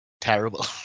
terrible